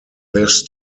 this